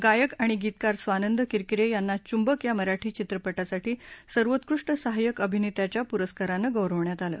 गायक आणि गीतकार स्वानंद किरकिरे यांना चुंबक या मराठी चित्रपटासाठी सर्वोत्कृष्ट सहाय्यक अभिनेत्याच्या पुरस्कारानं गौरवण्यात आलं